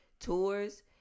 tours